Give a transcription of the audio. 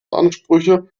ansprüche